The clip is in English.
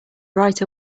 right